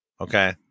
Okay